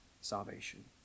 salvation